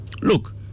look